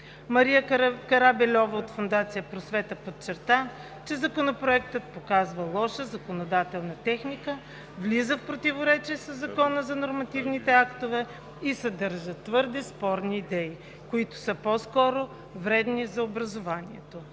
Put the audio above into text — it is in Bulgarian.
Мария Карабельова от Фондация „Просвета“ подчерта, че Законопроектът показва лоша законодателна техника, влиза в противоречие със Закона за нормативните актове и съдържа твърде спорни идеи, които са по-скоро вредни за образованието.